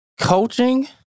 Coaching